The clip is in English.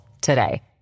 today